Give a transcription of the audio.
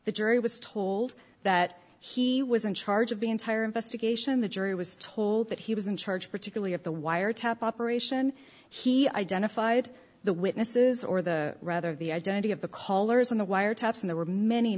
the jury was told that he was in charge of the entire investigation the jury was told that he was in charge particularly of the wiretap operation he identified the witnesses or the rather the identity of the callers on the wire taps and there were many